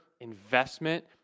investment